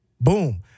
Boom